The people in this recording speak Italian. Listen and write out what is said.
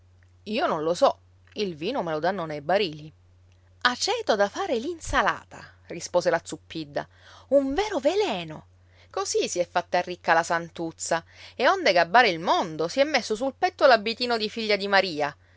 io non lo so il vino me lo danno nei barili aceto da fare l'insalata rispose la zuppidda un vero veleno così si è fatta ricca la santuzza e onde gabbare il mondo si è messo sul petto l'abitino di figlia di maria